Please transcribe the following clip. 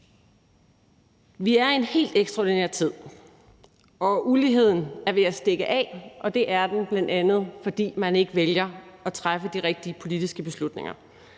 Vi er i en helt ekstraordinær tid. Uligheden er ved at stikke af, og det er den bl.a., fordi man ikke vælger at træffe de rigtige politiske beslutninger.